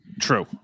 True